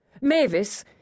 Mavis